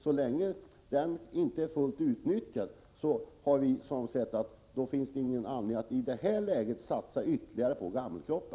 Så länge kapaciteten inte är fullt utnyttjad, har vi ansett att det inte finns någon anledning att i nuvarande läge satsa ytterligare på Gammelkroppa.